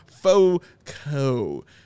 Foco